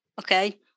Okay